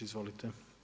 Izvolite.